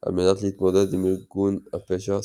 על מנת להתמודד עם ארגון הפשע "סמרש",